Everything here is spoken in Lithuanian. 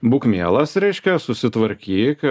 būk mielas reiškia susitvarkyk